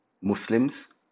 muslims